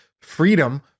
freedom